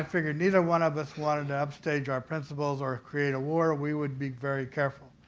ah figured neither one of us wanted to upstage our principles or create a war. we would be very careful.